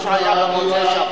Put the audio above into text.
מה שהיה במוצאי-שבת,